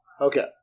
Okay